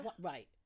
right